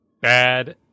Bad